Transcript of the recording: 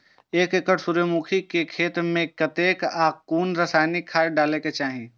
एक एकड़ सूर्यमुखी केय खेत मेय कतेक आ कुन रासायनिक खाद डलबाक चाहि?